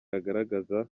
agaragaza